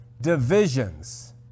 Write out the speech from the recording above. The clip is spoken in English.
divisions